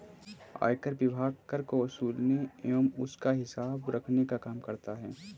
आयकर विभाग कर को वसूलने एवं उसका हिसाब रखने का काम करता है